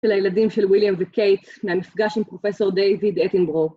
‫של הילדים של וויליאם וקייט ‫מהמפגש עם פרופ' דיוויד אטנבורו.